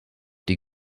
die